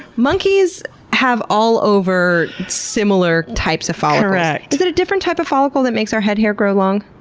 monkeys have all over similar types of follicles. is it a different type of follicle that makes our head hair grow long?